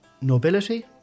Nobility